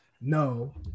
No